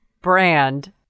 brand